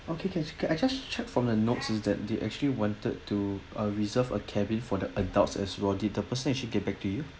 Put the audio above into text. okay can can I just check from the note is that they actually wanted to uh reserve a cabin for the adults as well did the person actually get back to you